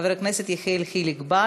בעד, 30 חברי הכנסת, אין מתנגדים,